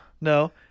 No